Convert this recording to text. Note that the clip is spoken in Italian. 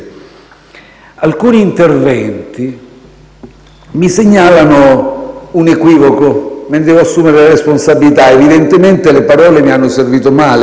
Alcuni interventi mi segnalano un equivoco: me ne devo assumere la responsabilità; evidentemente le parole mi hanno servito male.